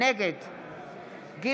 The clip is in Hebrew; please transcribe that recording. נגד גילה גמליאל,